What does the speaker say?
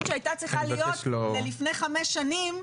שהייתה צריכה להיות ללפני חמש שנים,